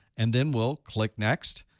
and then we'll click next.